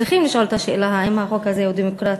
צריכים לשאול את השאלה האם החוק הזה הוא דמוקרטי.